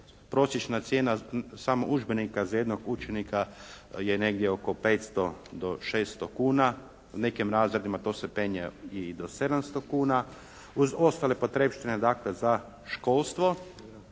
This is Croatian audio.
Prosječna cijena samo udžbenika za jednog učenika je negdje oko 500 do 600 kuna. U nekim razredima to se penje i do 700 kuna. Uz ostale potrepštine dakle za školstvo